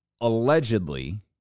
allegedly